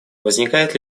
возникает